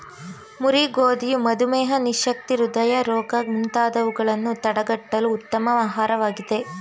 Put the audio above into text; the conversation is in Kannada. ಮುರಿ ಗೋಧಿಯು ಮಧುಮೇಹ, ನಿಶಕ್ತಿ, ಹೃದಯ ರೋಗ ಮುಂತಾದವುಗಳನ್ನು ತಡಗಟ್ಟಲು ಉತ್ತಮ ಆಹಾರವಾಗಿದೆ